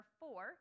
four